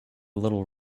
little